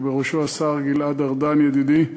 שבראשו עומד השר גלעד ארדן ידידי,